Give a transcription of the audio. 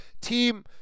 team